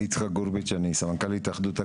יצחק גורביץ' אני סמנכ"ל התאחדות הקבלנים.